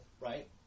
right